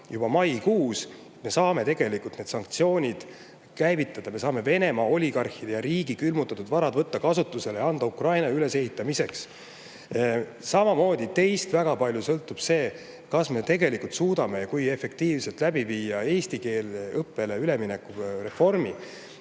juba maikuus. Me saame tegelikult need sanktsioonid käivitada, me saame Venemaa oligarhide ja riigi külmutatud varad kasutusele võtta ja anda Ukraina ülesehitamiseks. Samamoodi sõltub teist väga palju see, kas me tegelikult suudame läbi viia eestikeelsele õppele ülemineku reformi,